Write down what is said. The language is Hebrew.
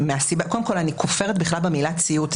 קודם כל, אני כופרת בכלל במילה ציות.